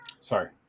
Sorry